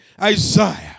Isaiah